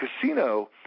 casino